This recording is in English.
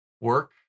work